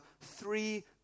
three